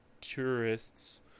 tourists